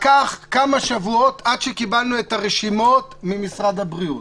לקח כמה שבועות עד שקיבלנו את רשימות החולים ממשרד הבריאות.